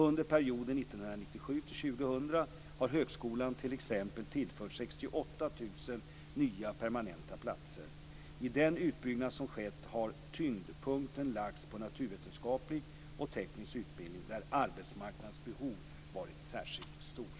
Under perioden 1997-2000 har högskolan t.ex. tillförts 68 000 nya permanenta platser. I den utbyggnad som skett har tyngdpunkten lagts på naturvetenskaplig och teknisk utbildning, där arbetsmarknadens behov varit särskilt stort.